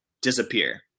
disappear